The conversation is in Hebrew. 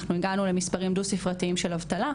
אנחנו הגענו למספרים דו-ספרתיים של אבטלה,